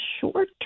short